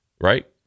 right